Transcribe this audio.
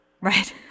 Right